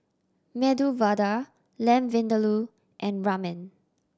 Medu Vada Lamb Vindaloo and Ramen